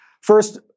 First